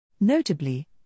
Notably